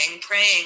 praying